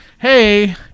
hey